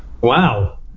wow